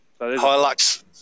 Hilux